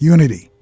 Unity